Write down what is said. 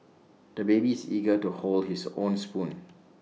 the baby is eager to hold his own spoon